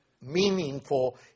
meaningful